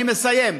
אני מסיים,